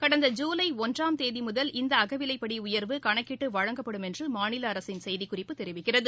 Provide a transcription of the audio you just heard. கடந்த ஜூலை ஒன்றாம் தேதி முதல் இந்த அகவிலைப்படி உயர்வு கணக்கிட்டு வழங்கப்படும் என்று மாநில அரசின் செய்திக்குறிப்பு தெரிவிக்கிறது